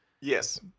Yes